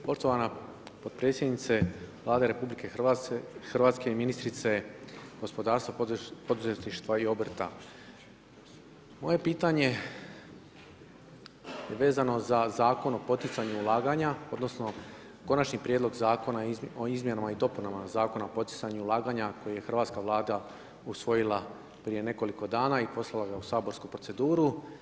Poštovana potpredsjednice Vlade RH i ministrice gospodarstva, poduzetništva i obrta, moje pitanje je vezano za Zakon o poticanju ulaganja, odnosno, konačni prijedlog Zakona o izmjenama i dopunama Zakona o potucanju ulaganja koju je Hrvatska vlada usvojila prije nekoliko dana i poslala ga u saborsku proceduru.